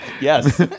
yes